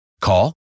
Call